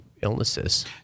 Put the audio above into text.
illnesses